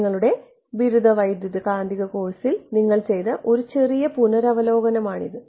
നിങ്ങളുടെ ബിരുദ വൈദ്യുതകാന്തിക കോഴ്സിൽ നിങ്ങൾ ചെയ്ത ഒരു ചെറിയ പുനരവലോകനമാണിത്